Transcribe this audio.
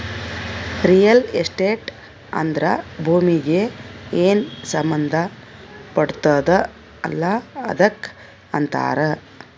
real estate ಅಂದ್ರ ಭೂಮೀಗಿ ಏನ್ ಸಂಬಂಧ ಪಡ್ತುದ್ ಅಲ್ಲಾ ಅದಕ್ ಅಂತಾರ್